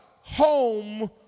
Home